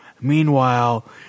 Meanwhile